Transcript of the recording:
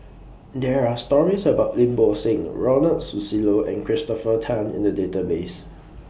There Are stories about Lim Bo Seng Ronald Susilo and Christopher Tan in The Database